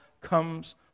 comes